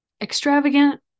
extravagant